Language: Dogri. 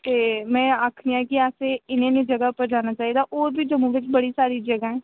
ते मै आखनी आं कि अस इ'नें इ'नें जगह पर जाना चाहिदा होर बी जम्मू बिच्च बड़ी जगह ऐ